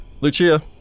Lucia